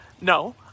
No